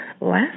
Last